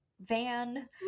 Van